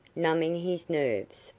numbing his nerves,